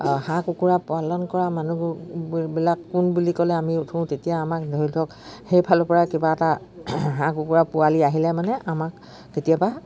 হাঁহ কুকুৰা পালন কৰা মানুহ বিলাক কোন বুলি ক'লে আমি উঠোঁ তেতিয়া আমাক ধৰি লওক সেইফালৰপৰা কিবা এটা হাঁহ কুকুৰা পোৱালি আহিলে মানে আমাক কেতিয়াবা